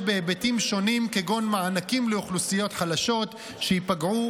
בהיבטים שונים כגון מענקים לאוכלוסיות חלשות שייפגעו